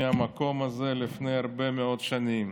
מהמקום הזה, לפני הרבה מאוד שנים.